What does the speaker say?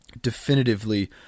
definitively